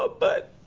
ah but